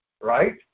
Right